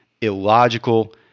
illogical